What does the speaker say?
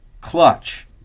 Clutch